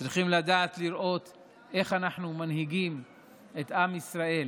צריך לדעת איך אנחנו מנהיגים את עם ישראל,